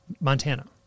Montana